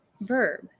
Verb